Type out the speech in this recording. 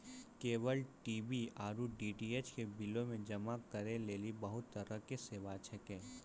cable TV आरु DTH के बिलो के जमा करै लेली बहुते तरहो के सेवा छै